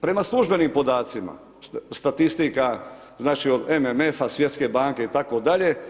Prema službenim podacima, statistika znači od MMF-a, Svjetske banke itd.